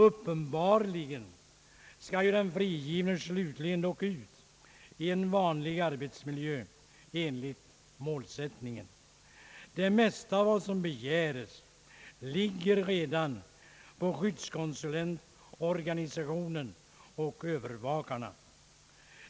Uppenbarligen skall den frigivne dock slutligen ut i en vanlig arbetsmiljö, enligt målsättningen. Det mesta av vad som begäres ligger redan på skyddskonsulentorganisationen och övervakarna.